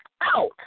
out